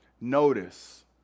Notice